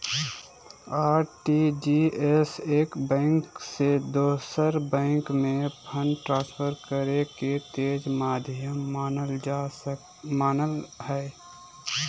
RTGS एक bank से दोसर बैंक में फंड ट्रांसफर करे के तेज माध्यम मानल जा हय